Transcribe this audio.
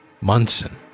Munson